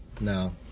No